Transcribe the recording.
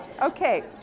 Okay